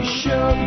show